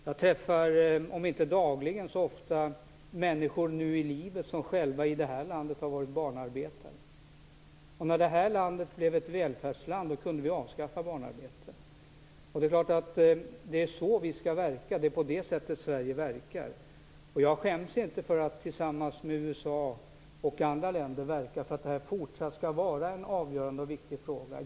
Jag träffar om inte dagligen så i varje fall ofta människor i det här landet som själva har varit barnarbetare. När det här landet blev ett välfärdsland kunde vi avskaffa barnarbete. Det är så vi skall verka, det är på det sättet Sverige verkar. Jag skäms inte för att tillsammans med USA och andra länder verka för att det här även i fortsättningen skall vara en avgörande och viktig fråga.